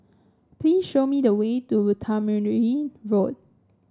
please show me the way to Tamarind Road